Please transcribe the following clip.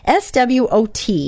SWOT